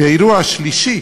והאירוע השלישי,